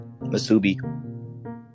Masubi